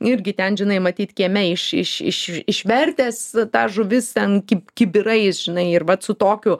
irgi ten žinai matyt kieme iš iš išvertęs tą žuvis ten kaip kibirais žinai ir bet su tokiu